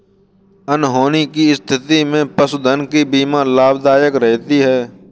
अनहोनी की स्थिति में पशुधन की बीमा लाभदायक रहती है